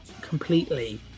completely